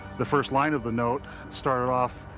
the first line of a note started off,